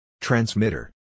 Transmitter